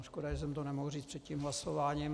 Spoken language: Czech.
Škoda, že jsem to nemohl říct před tím hlasováním.